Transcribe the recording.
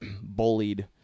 bullied